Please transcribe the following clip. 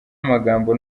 amagambo